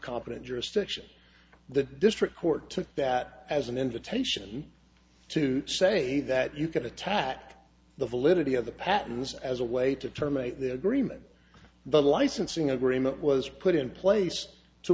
competent jurisdiction the district court took that as an invitation to say that you could attack the validity of the patents as a way to terminate the agreement the licensing agreement was put in place to